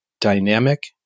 dynamic